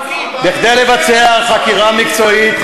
כדי לבצע חקירה מקצועית, 46 ערבים.